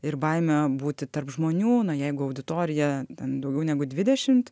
ir baimę būti tarp žmonių na jeigu auditorija ten daugiau negu dvidešimt